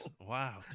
Wow